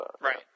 Right